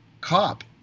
cop